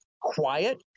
quiet